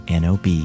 nob